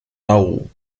nauru